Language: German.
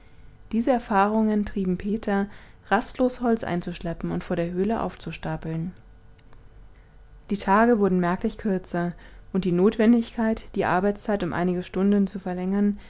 diese erfahrungen trieben peter rastlos holz einzuschleppen und vor der höhle aufzustapeln die tage wurden merklich kürzer und die notwendigkeit die arbeitszeit um einige stunden zu verlängern